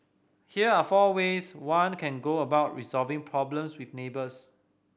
here are four ways one can go about resolving problems with neighbours